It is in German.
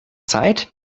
zeit